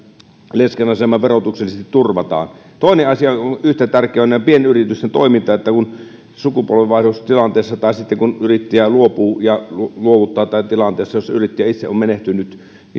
lesken asema verotuksellisesti turvataan toinen yhtä tärkeä asia on pienyritysten toiminta sukupolvenvaihdostilanteessa sitten kun yrittäjä luopuu ja luovuttaa tai tilanteessa jossa yrittäjä itse on menehtynyt